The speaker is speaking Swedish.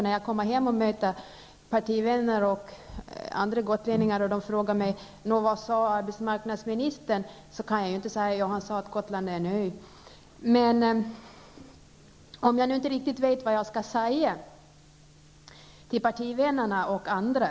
När jag kommer hem och möter mina partivänner och även andra gotlänningar och de frågar mig vad arbetsmarknadsministern sagt, kan jag ju inte svara att han sagt att Gotland är en ö. Jag vet inte riktigt vet vad jag skall säga till mina partivänner och andra.